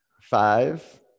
Five